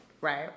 Right